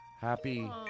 happy